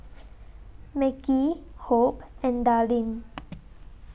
Mekhi Hope and Darlene